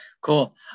cool